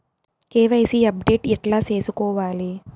KYC update ఎట్లా సేసుకోవాలి?